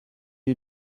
you